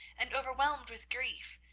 and overwhelmed with grief,